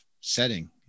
setting